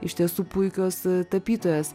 iš tiesų puikios tapytojas